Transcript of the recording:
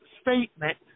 statement